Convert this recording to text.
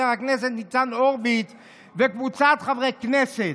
הכנסת ניצן הורביץ וקבוצת חברי הכנסת".